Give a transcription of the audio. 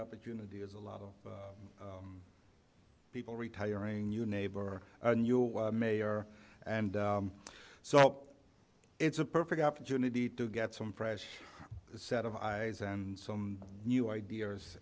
opportunity as a lot of people retiring you neighbor a new mayor and so it's a perfect opportunity to get some fresh set of eyes and some new ideas